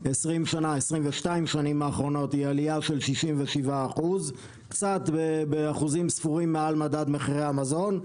ב-22 השנים האחרונות היא עלייה של 67%. באחוזים ספורים מעל מדד מחירי המזון.